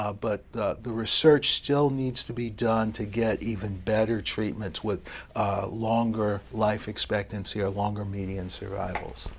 ah but the the research still needs to be done to get even better treatments with longer life expectancy or longer median survival.